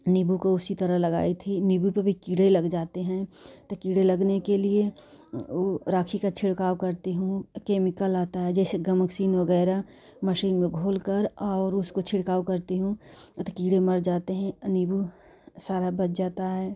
नींबू को उसी तरह लगाई थी नींबू को भी कीड़े लग जाते हैं तो कीड़े लगने के लिए राखी का छिड़काव करती हूँ केमिकल आता है जैसे गणकसिंग वगैरह मशीन में घोलकर और उसको छिड़काव करती हूँ उ तो कीड़े मर जाते हैं आ नींबू सारा बच जाता है